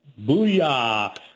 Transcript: Booyah